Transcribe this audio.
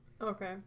Okay